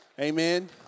Amen